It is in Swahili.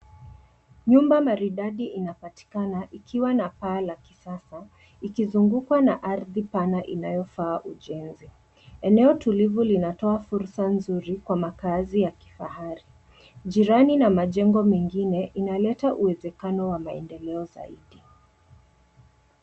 Nyumba maridadi inapatikana, ikiwa na paa la kisasa, ikizungukwa na ardhi pana inayofaa ujenzi. Eneo nzuri linatoa fursa nzuri kwa makaazi ya kifahari. Jirani na majengo mengine inaleta uwezekano wa maendeleo zaidi.